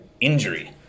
injury